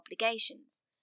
obligations